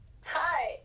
Hi